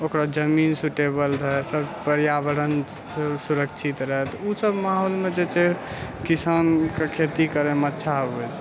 ओकरा जमीन सूटेबल रहय सब पर्यावरण सुरक्षित रहय तऽ ओ सब माहौलमे जे छै किसानके खेती करयमे अच्छा होयत छै